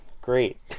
Great